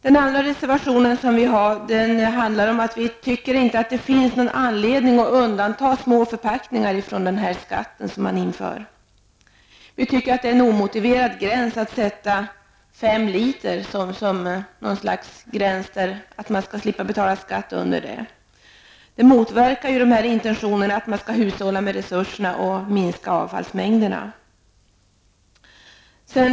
Vår andra reservation handlar om att vi inte tycker att det finns någon anledning att undanta små förpackningar från den skatt som införs. Vi tycker att det är omotiverat att ha en gräns på fem liter under vilken man inte skall behöva betala skatt. Det motverkar intentionerna att man skall hushålla med resurserna och minska avfallsmängderna.